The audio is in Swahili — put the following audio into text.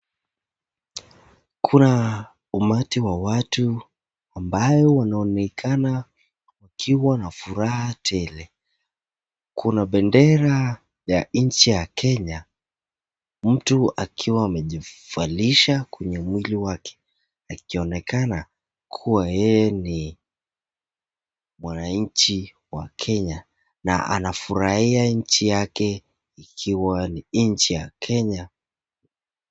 Kuna umati wa watu ambao wanaonekana wakiwa na furaha tele. Kuna bendera ya nchi ya Kenya mtu akiwa amejivalisha kwenye mwili wake. Akionekana kuwa yeye ni mwanainchi wa Kenya na anafurahia nchi yake ikiwa ni nchi ya Kenya.